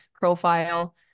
profile